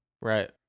Right